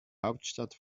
hauptstadt